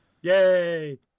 yay